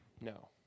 No